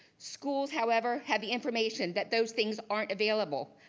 schools, however, have the information that those things aren't available.